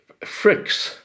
fricks